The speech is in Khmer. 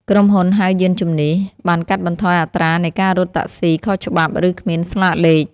ក្រុមហ៊ុនហៅយានជំនិះ បានកាត់បន្ថយអត្រានៃការរត់តាក់ស៊ីខុសច្បាប់ ឬគ្មានស្លាកលេខ។